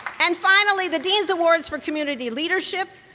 and finally, the dean's awards for community leadership,